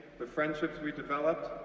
the friendships we developed,